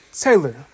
Taylor